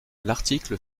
l’article